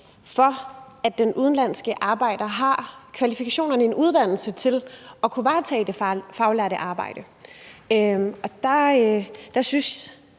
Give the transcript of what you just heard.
for, at den udenlandske arbejder har kvalifikationerne, en uddannelse, til at kunne varetage det faglærte arbejde. Jeg synes